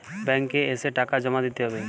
Bank এ এসে টাকা জমা দিতে হবে?